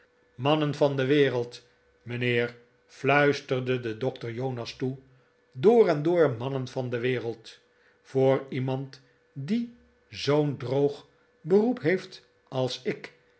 mannen van de wereld mijnheer fluisterde de dokter jonas toe door en door mannen van de wereld voor iemand die zoo'n droog beroep heeft als ik